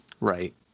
Right